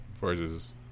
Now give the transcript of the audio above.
versus